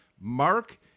Mark